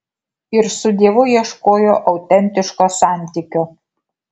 ir su dievu ieškojo autentiško santykio